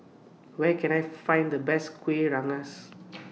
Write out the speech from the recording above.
Where Can I Find The Best Kueh Rengas